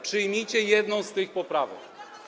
Przyjmijcie jedną z tych poprawek.